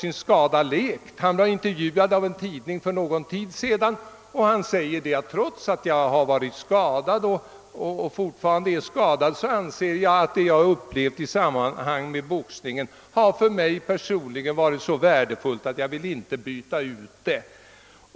För någon tid sedan var han intervjuad i en tidning och han säger i denna intervju att han trots att han varit skadad och fortfarande är skadad anser att det han upplevt i samband med boxningen för honom personligen varit så värdefullt att han inte vill ha något ogjort.